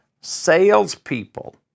salespeople